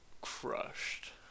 crushed